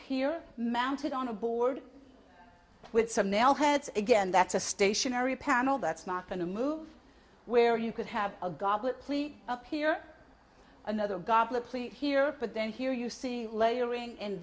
here mounted on a board with some nail heads again that's a stationary panel that's not going to move where you could have a goblet ple up here another goblet here but then here you see layering and